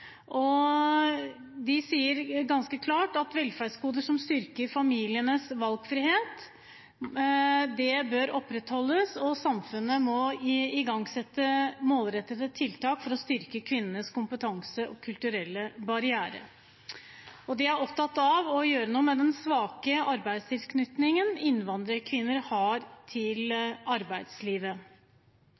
De sier ganske klart at velferdsgoder som styrker familienes valgfrihet, bør opprettholdes, og samfunnet må igangsette målrettede tiltak som er knyttet til kvinnenes kompetanse og kulturelle barrierer. De er opptatt av å gjøre noe med den svake tilknytningen innvandrerkvinner har til arbeidslivet.